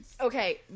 Okay